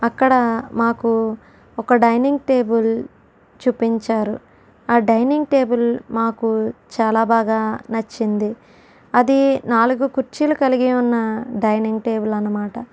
అక్కడ మాకు ఒక డైనింగ్ టేబుల్ చూపించారు ఆ డైనింగ్ టేబుల్ మాకు చాలా బాగా నచ్చింది అది నాలుగు కుర్చీలు కలిగి ఉన్న డైనింగ్ టేబుల్ అనమాట